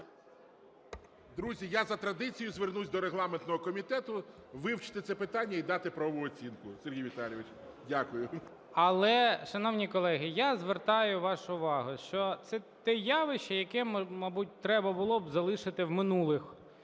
Друзі, я за традицією, звернусь до регламентного комітету вивчити це питання і дати правову оцінку, Сергій Віталійович. Дякую. ГОЛОВУЮЧИЙ. Але, шановні колеги, я звертаю вашу увагу, що це те явище, яке, мабуть, треба було б залишити в минулих